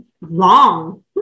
long